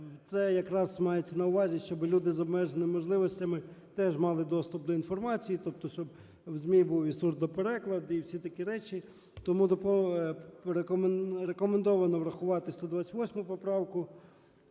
Це якраз мається на увазі, щоб люди з обмеженими можливостями теж мали доступ до інформації. Тобто, щоб в ЗМІ був і сурдопереклад, і всі такі речі. Тому рекомендовано врахувати 128 поправку